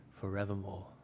forevermore